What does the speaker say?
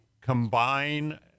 combine